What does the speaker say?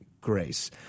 grace